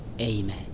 Amen